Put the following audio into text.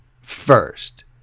first